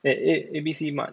wait wait A_B_C mart